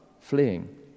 fleeing